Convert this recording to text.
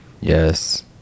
Yes